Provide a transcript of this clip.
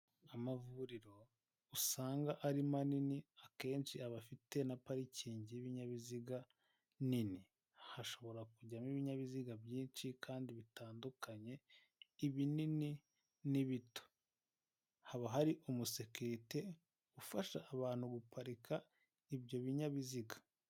Amavuriro usanga ari manini akenshi abafite na parikingi y'ibinyabiziga nini hashobora kujyamo ibinyabiziga byinshi kandi bitandukanye ibinini n'ibito haba hari umusekirite ufasha abantu guparika ibyo binyabiziga.